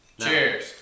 Cheers